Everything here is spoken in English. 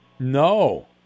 No